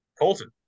Colton